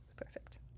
perfect